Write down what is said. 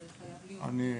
אז חייב להיות נציג.